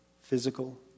physical